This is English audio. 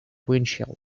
windshield